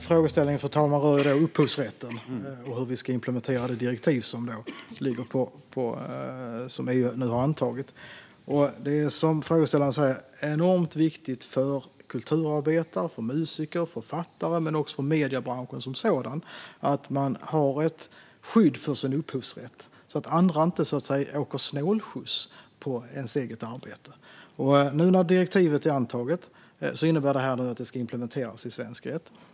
Fru talman! Frågeställningen rör upphovsrätten och hur vi ska implementera det direktiv som EU nu har antagit. Som frågeställaren säger är det enormt viktigt för kulturarbetare, musiker, författare och för mediebranschen som sådan att man har ett skydd för sin upphovsrätt, så att andra inte åker snålskjuts på ens arbete. När nu direktivet är antaget innebär det att det ska implementeras i svensk rätt.